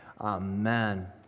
Amen